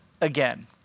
again